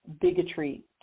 bigotry